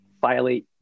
violate